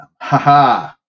Haha